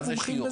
מה זה שיוך?